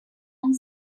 and